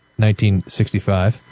1965